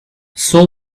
saul